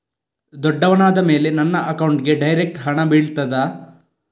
ದೊಡ್ಡವನಾದ ಮೇಲೆ ನನ್ನ ಅಕೌಂಟ್ಗೆ ಡೈರೆಕ್ಟ್ ಹಣ ಬೀಳ್ತದಾ?